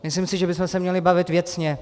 Myslím si, že bychom se měli bavit věcně.